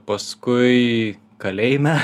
paskui kalėjime